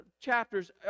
chapters